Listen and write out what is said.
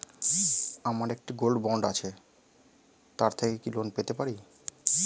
আমার একটি gold bond আছে তার থেকে কি লোন পেতে পারি?